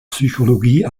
psychologie